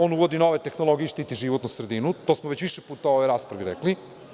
On uvodi nove tehnologije i štiti životnu sredinu, to smo već više puta u ovoj raspravi rekli.